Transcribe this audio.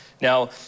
Now